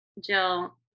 Jill